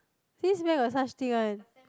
this where got such thing one